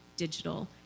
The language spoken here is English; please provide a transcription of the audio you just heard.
digital